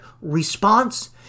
response